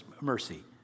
mercy